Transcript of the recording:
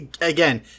again